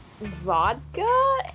vodka